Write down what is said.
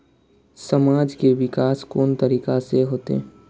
समाज के विकास कोन तरीका से होते?